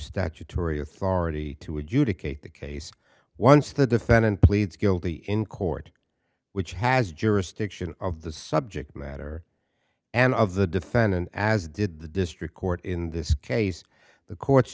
statutory authority to adjudicate the case once the defendant pleads guilty in court which has jurisdiction of the subject matter and of the defendant as did the district court in this case the court